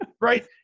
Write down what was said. right